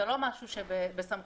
זה לא משהו שבסמכותי,